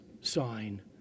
sign